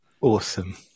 Awesome